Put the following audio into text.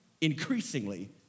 increasingly